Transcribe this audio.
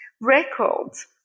records